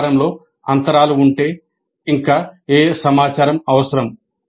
పరిష్కారంలో అంతరాలు ఉంటే ఇంకా ఏ సమాచారం అవసరం